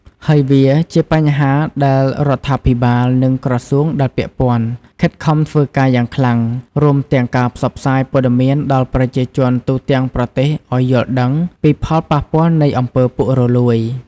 ហើយវាជាបញ្ហាដែលរដ្ឋាភិបាល និងក្រសួងដែលពាក់ព័ន្ធខិតខំធ្វើការយ៉ាងខ្លាំង រួមទាំងការផ្សព្វផ្សាយព័ត៌មានដល់ប្រជាជនទូទាំងប្រទេសឲ្យយល់ដឹងពីផលប៉ះពាល់នៃអំពើរពុករលូយ។